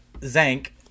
Zank